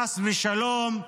חס ושלום,